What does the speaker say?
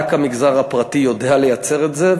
רק המגזר הפרטי יודע לייצר את זה.